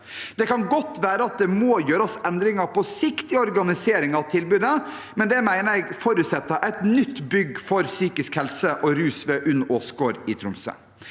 Det kan godt være at det på sikt må gjøres endringer i organiseringen av tilbudet, men det mener jeg forutsetter et nytt bygg for psykisk helse og rus ved UNN Åsgård i Tromsø.